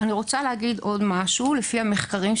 לפי המחקרים,